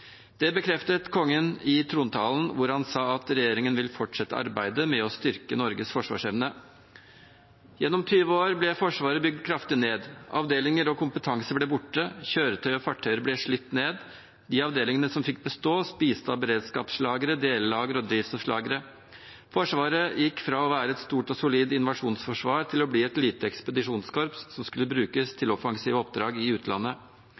Det bekreftet kongen i trontalen da han sa at regjeringen vil fortsette arbeidet med å styrke Norges forsvarsevne. Gjennom 20 år ble Forsvaret bygd kraftig ned. Avdelinger og kompetanse ble borte, kjøretøyer og fartøyer ble slitt ned. De avdelingene som fikk bestå, spiste av beredskapslagre, delelagre og drivstofflagre. Forsvaret gikk fra å være et stort og solid invasjonsforsvar til å bli et lite ekspedisjonskorps som skulle brukes til offensive oppdrag i utlandet.